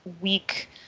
weak